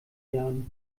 jahren